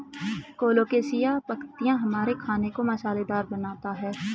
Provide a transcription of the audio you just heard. colocasia पत्तियां हमारे खाने को मसालेदार बनाता है